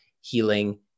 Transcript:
healing